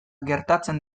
gertatzen